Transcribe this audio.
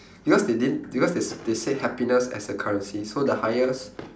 because they didn't because they they say happiness as a currency so the highest